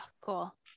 cool